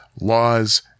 laws